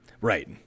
right